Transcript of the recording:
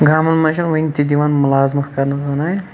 گامَن مَنٛز چھنہٕ وٕنۍتہِ دِوان مُلازمَت کَرنہٕ زَنانہِ